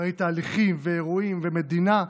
ראית תהליכים ואירועים ומדינה,